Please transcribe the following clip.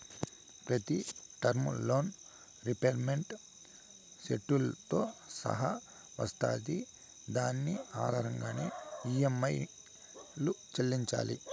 ప్రతి term loan repayment షెడ్యూల్తో సహా వస్తాది దాని ఆధారంగానే ఈ.యం.ఐలు చెల్లించాలి